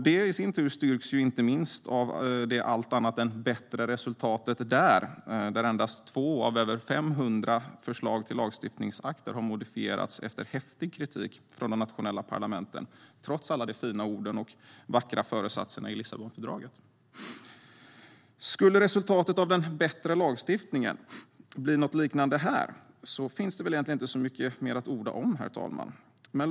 Detta styrks inte minst av det allt annat än "bättre" resultatet där. Endast 2 av över 500 förslag till lagstiftningsakter har modifierats efter häftig kritik från de nationella parlamenten, trots alla fina ord och vackra föresatser i Lissabonfördraget. Skulle resultatet av den "bättre" lagstiftningen bli något liknande här finns det inte så mycket mer att orda om, herr talman.